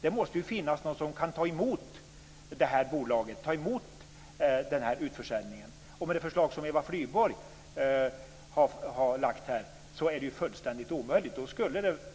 Det måste ju finnas någon som kan ta emot utförsäljningen. Med det förslag som Eva Flyborg har lagt fram är det fullständigt omöjligt.